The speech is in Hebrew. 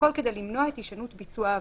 והכול כדי למנוע את הישנות ביצוע העבירה.